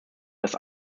dass